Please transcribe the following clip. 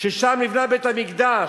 ששם נבנה בית-המקדש.